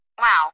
Wow